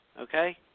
okay